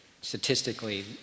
statistically